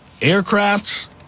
aircrafts